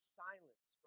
silence